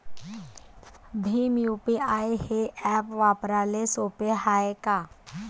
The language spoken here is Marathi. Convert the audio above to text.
भीम यू.पी.आय हे ॲप वापराले सोपे हाय का?